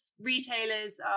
retailers